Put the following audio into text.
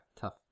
tough